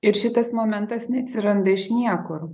ir šitas momentas neatsiranda iš niekur